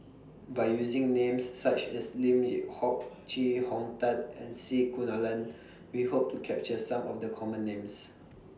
By using Names such as Lim Yew Hock Chee Hong Tat and C Kunalan We Hope to capture Some of The Common Names